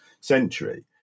century